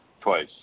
Twice